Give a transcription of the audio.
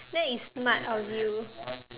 that is smart of you